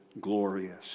glorious